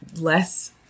less